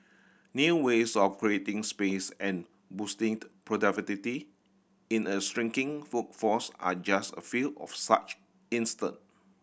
new ways of creating space and boosting productivity in a shrinking workforce are just a few of such instance